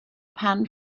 pan